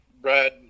Brad